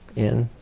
in,